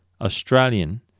Australian